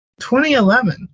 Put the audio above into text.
2011